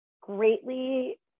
greatly